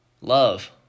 Love